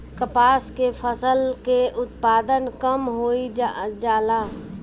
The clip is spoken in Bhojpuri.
कपास के फसल के उत्पादन कम होइ जाला?